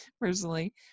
personally